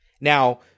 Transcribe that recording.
Now